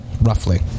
roughly